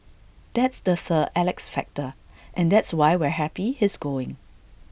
that's the sir Alex factor and that's why we're happy he's going